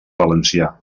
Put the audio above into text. valencià